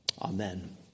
Amen